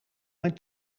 mijn